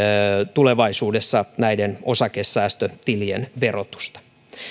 tulevaisuudessa näiden osakesäästötilien verotusta